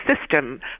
system